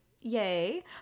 yay